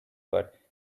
but